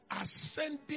ascending